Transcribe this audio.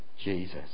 Jesus